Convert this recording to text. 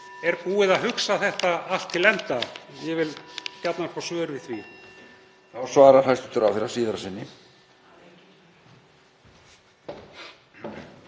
Er búið að hugsa það allt til enda? Ég vil gjarnan fá svör við því.